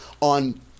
on